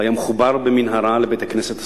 היה מחובר במנהרה לבית-הכנסת הסמוך,